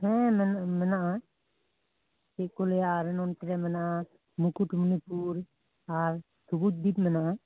ᱦᱮᱸ ᱢᱮᱱᱼᱟ ᱢᱮᱱᱟᱜ ᱟ ᱪᱮᱫᱠᱚ ᱞᱟ ᱭᱟ ᱟᱨ ᱱᱚᱛᱮ ᱨᱮ ᱢᱮᱱᱟᱜᱼᱟ ᱢᱩᱠᱩᱴᱢᱩᱱᱤᱯᱩᱨ ᱟᱨ ᱥᱩᱵᱩᱫᱽᱫᱤᱯ ᱢᱮᱱᱟᱜᱼᱟ